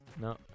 No